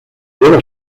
lleva